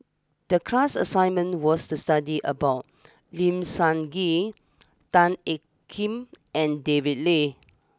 the class assignment was to study about Lim Sun Gee Tan Ean Kiam and David Lee